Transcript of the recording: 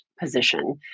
position